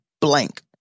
blank